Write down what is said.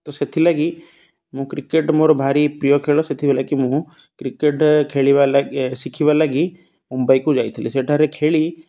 ତ ସେଥିଲାଗି ମୁଁ କ୍ରିକେଟ୍ ମୋର ଭାରି ପ୍ରିୟ ଖେଳ ସେଥିଲାଗି ମୁଁ କ୍ରିକେଟ୍ ଖେଳିବା ଲାଗି ଶିଖିବା ଲାଗି ମୁମ୍ବାଇକୁ ଯାଇଥିଲି ସେଠାରେ ଖେଳି